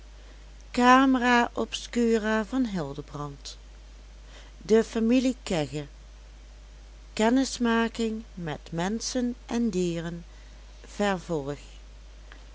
jan adam kegge kennismaking met menschen en dieren